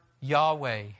Yahweh